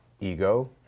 Ego